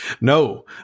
no